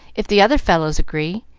if the other fellows agree.